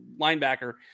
linebacker